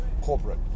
corporate